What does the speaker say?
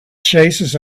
chases